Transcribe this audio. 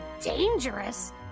dangerous